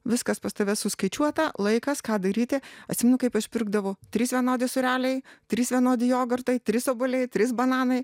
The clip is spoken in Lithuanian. viskas pas tave suskaičiuota laikas ką daryti atsimenu kaip aš pirkdavau trys vienodi sūreliai trys vienodi jogurtai trys obuoliai trys bananai